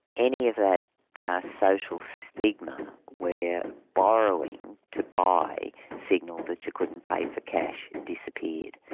any of that social stigma where borrowing to buy signalled that you couldn't pay for cash, disappeared,